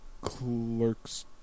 Clerks